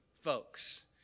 folks